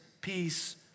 peace